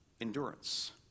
endurance